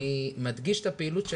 אני מדגיש את הפעילות שלנו,